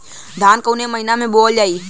धान कवन महिना में बोवल जाई?